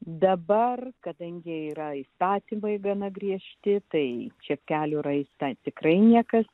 dabar kadangi yra įstatymai gana griežti tai čepkelių raistą tikrai niekas